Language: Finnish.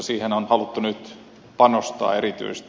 siihen on haluttu nyt panostaa erityisesti